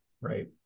right